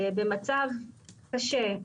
במצב קשה,